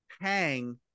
hang